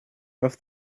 off